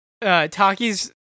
Taki's